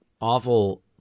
awful